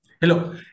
Hello